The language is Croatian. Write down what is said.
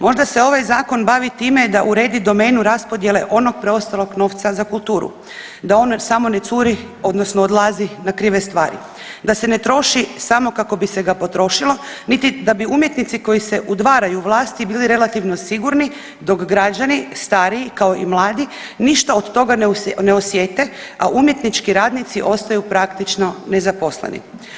Možda se ovaj zakon bavi time da uredi domenu raspodjele onog preostalog novca za kulturu, da on samo ne curi odnosno odlazi na krive stvari, da se ne troši samo kako bi ga se potrošilo niti da bi umjetnici koji se udvaraju vlasti bili relativno sigurni, dok građani stariji kao i mladi ništa od toga ne osjete, a umjetnički radnici ostaju praktično nezaposleni.